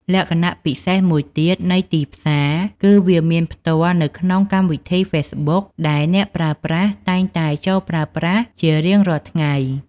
លក្ខណៈពិសេសមួយទៀតនៃ ទីផ្សារ គឺវាមានផ្ទាល់នៅក្នុងកម្មវិធី ហ្វេសប៊ុក ដែលអ្នកប្រើប្រាស់តែងតែចូលប្រើប្រាស់ជារៀងរាល់ថ្ងៃ។